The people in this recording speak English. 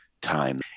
time